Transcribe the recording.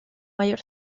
mayor